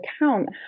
account